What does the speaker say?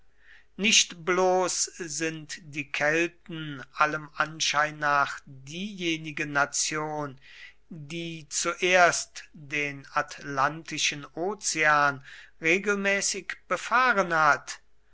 nicht bloß sind die kelten allem anschein nach diejenige nation die zuerst den atlantischen ozean regelmäßig befahren hat